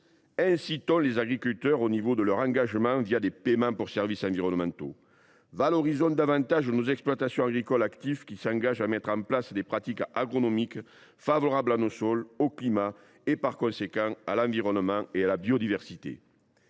Incitons les agriculteurs à s’engager par des paiements pour services environnementaux. Valorisons davantage nos exploitations agricoles actives, qui s’engagent à mettre en place des pratiques agronomiques favorables à nos sols, au climat et, par conséquent à l’environnement et à la biodiversité.